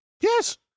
Yes